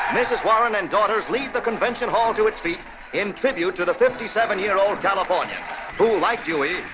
mrs. warren and daughters lead the convention hall to its feet in tribute to the fifty seven year old californian who, like dewey,